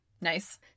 Nice